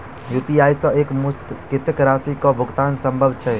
UPI सऽ एक मुस्त कत्तेक राशि कऽ भुगतान सम्भव छई?